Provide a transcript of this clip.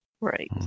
Right